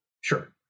Sure